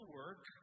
work